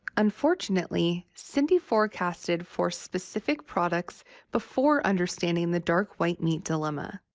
unfortunately, cindy forecasted for specific products before understanding the dark white meat dilemma.